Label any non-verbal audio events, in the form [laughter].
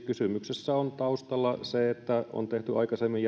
[unintelligible] kysymyksessä on taustalla se että on tehty aikaisemmin [unintelligible]